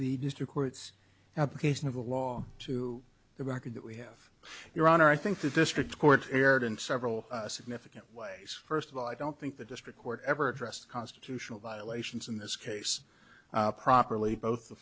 the district court's application of the law to the record that we have your honor i think the district court erred in several significant ways first of all i don't think the district court ever addressed constitutional violations in this case properly both the